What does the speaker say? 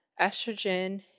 estrogen